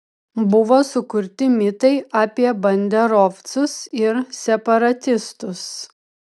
buvo sukurti mitai apie banderovcus ir separatistus